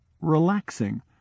relaxing